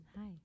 Hi